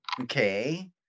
Okay